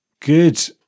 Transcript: Good